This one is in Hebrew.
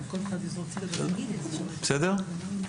תודה.